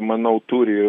manau turi